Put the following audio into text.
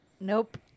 Nope